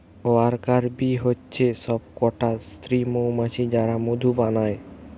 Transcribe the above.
worker bee হচ্ছে সব কটা স্ত্রী মৌমাছি যারা মধু বানায়